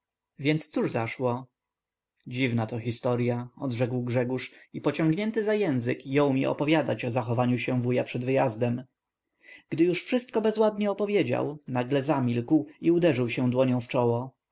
więc cóż zaszło dziwna to historya odrzekł grzegórz i pociągnięty za język jął mi opowiadać o zachowaniu się wuja przed wyjazdem gdy już wszystko bezładnie opowiedział nagle zamilkł i uderzył się dłonią w czoło